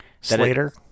Slater